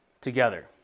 together